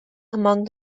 among